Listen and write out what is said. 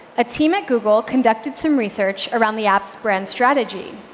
a team at google conducted some research around the app's brand strategy.